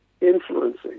influencing